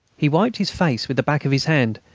he wiped his face with the back of his hand.